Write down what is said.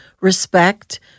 respect